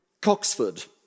Coxford